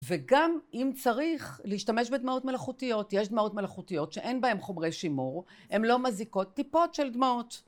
וגם אם צריך להשתמש בדמעות מלאכותיות, יש דמעות מלאכותיות שאין בהן חומרי שימור. הן לא מזיקות.טיפות של דמעות.